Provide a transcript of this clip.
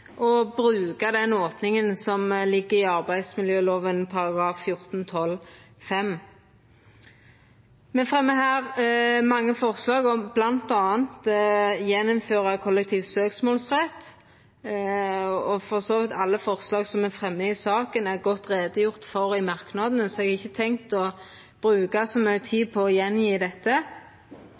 og bruka den opninga som ligg i arbeidsmiljølova § 14-12 . Me fremmar her mange forslag, bl.a. om å gjeninnføra kollektiv søksmålsrett. For så vidt er alle forslaga som me fremmar i saka, godt gjort greie for i merknadene, så eg har ikkje tenkt å bruka mykje tid på å